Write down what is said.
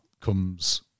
comes